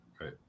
right